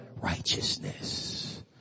righteousness